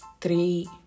three